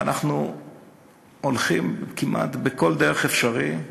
ואנחנו הולכים כמעט בכל דרך אפשרית.